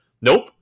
Nope